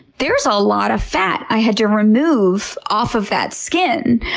there's a lot of fat i had to remove off of that skin.